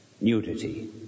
nudity